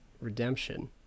redemption